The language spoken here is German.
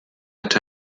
hat